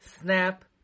snap